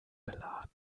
beladen